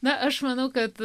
na aš manau kad